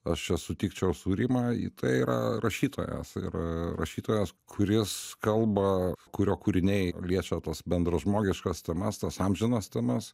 aš čia sutikčiau su rima į tai yra rašytojas ir rašytojas kuris kalba kurio kūriniai liečia tas bendražmogiškas temas tas amžinas temas